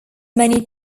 many